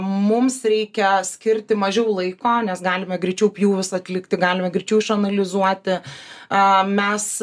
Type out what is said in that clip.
mums reikia skirti mažiau laiko nes galime greičiau pjūvius atlikti galime greičiau išanalizuoti a mes